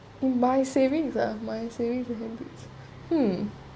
in my savings ah my savings hmm